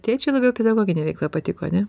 tėčiui labiau pedagoginė veikla patiko ane